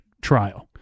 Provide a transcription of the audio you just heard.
trial